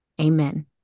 Amen